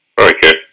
Okay